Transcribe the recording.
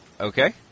Okay